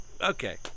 Okay